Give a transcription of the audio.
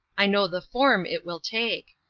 i know the form it will take.